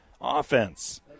offense